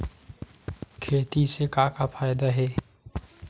खेती से का का फ़ायदा हे?